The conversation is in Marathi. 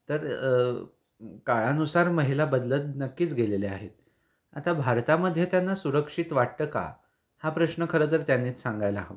तर काळानुसार महिला बदलत नक्कीच गेलेल्या आहेत आता भारतामध्ये त्यांना सुरक्षित वाटतं का हा प्रश्न खरं जर त्यांनीच सांगायला हवा